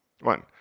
One